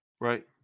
Right